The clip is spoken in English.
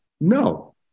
No